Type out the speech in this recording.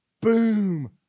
Boom